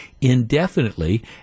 indefinitely